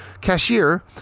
cashier